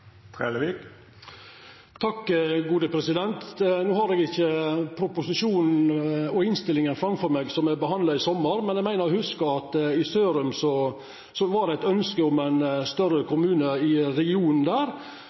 Trellevik at Sørum skal kunne bestå som egen kommune, på samme måte som f.eks. Bindal og Leka? No har eg ikkje proposisjonen og innstillinga som me behandla i sommar, framfor meg, men eg meiner å hugsa at i Sørum var det eit ønske om ein større